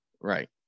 right